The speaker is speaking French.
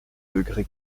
degré